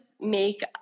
make